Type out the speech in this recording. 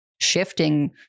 shifting